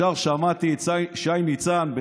ישר שמעתי את שי ניצן,